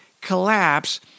collapse